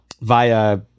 via